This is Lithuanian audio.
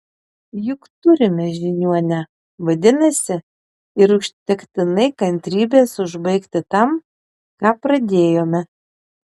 juk turime žiniuonę vadinasi ir užtektinai kantrybės užbaigti tam ką pradėjome